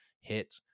hit